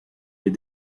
les